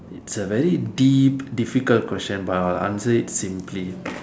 it's a very deep and difficult question but I will answer it simply